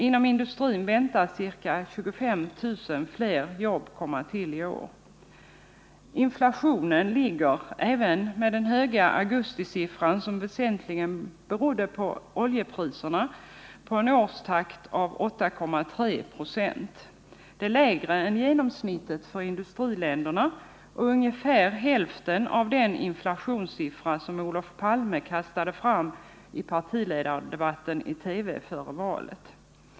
Inom industrin väntas ca 25 000 fler jobb komma till i år. Inflationen ligger även med den höga augustisiffran, som väsentligen berodde på oljepriserna, på en årstakt av 8,3 26. Det är lägre än genomsnittet för industriländerna och ungefär hälften av den inflationssiffra som Olof Palme kastade fram i partiledardebatten i TV före valet.